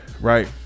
right